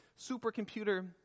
supercomputer